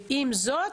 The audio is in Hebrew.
עם זאת,